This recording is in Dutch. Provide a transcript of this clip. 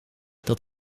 dat